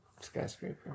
skyscraper